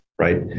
Right